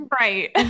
Right